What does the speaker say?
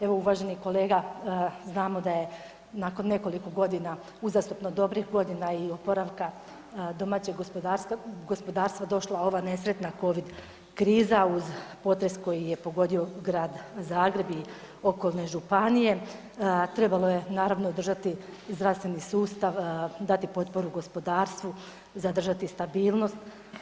Evo uvaženi kolega znamo da je nakon nekoliko godina uzastopno dobrih godina i oporavka domaćeg gospodarstva došla ova nesretna covid kriza uz potres koji je pogodio Grad Zagreb i okolne županije trebalo je naravno održati zdravstveni sustav, dati potporu gospodarstvu, zadržati stabilnost.